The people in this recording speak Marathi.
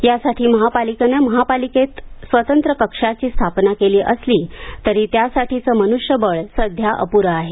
यासाठी महापालिकेनं पालिकेत स्वतंत्र कक्षाची स्थापना केली असली तरी त्यासाठीचं मनुष्यबळ सध्या अपुरं आहे